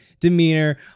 demeanor